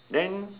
then